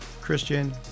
Christian